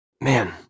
Man